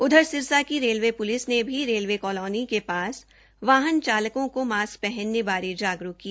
उधर सिरसा की railway police ने भी रेलवे कॉलोनी के पास वाहन चालकों को मास्क पहनने बारे जागरूक किया